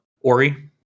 Ori